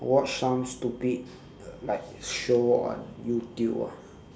watch some stupid like show on youtube ah